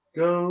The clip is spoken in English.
go